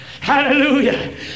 hallelujah